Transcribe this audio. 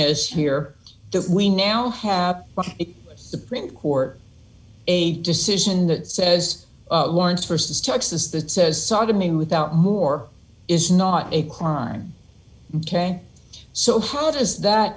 is here that we now have one supreme court a decision that says once versus texas that says sodomy without more is not a crime ok so how does that